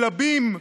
שלבים,